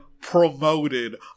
promoted